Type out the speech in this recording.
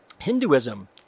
Hinduism